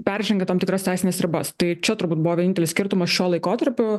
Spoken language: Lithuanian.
peržengia tam tikras teisines ribas tai čia turbūt buvo vienintelis skirtumas šiuo laikotarpiu